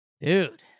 dude